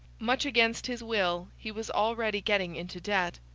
much against his will he was already getting into debt,